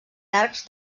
arcs